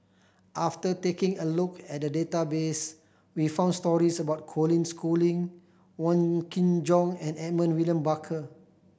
after taking a look at the database we found stories about Colin Schooling Wong Kin Jong and Edmund William Barker